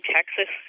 Texas